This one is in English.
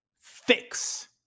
fix